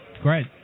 Great